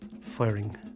firing